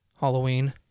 Halloween